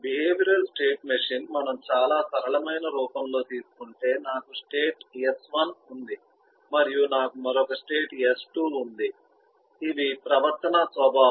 behavioural state machine మనం చాలా సరళమైన రూపంలో తీసుకుంటే నాకు స్టేట్ S1 ఉంది మరియు నాకు మరొక స్టేట్ S2 ఉంది ఇవి ప్రవర్తనా స్వభావం